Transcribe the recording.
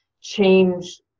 change